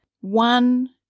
One